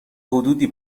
حدودی